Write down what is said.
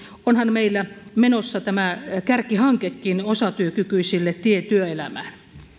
onhan meillä menossa tämä kärkihankekin osatyökykyisille tie työelämään